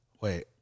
Wait